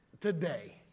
today